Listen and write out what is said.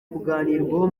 kuganirwaho